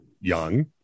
young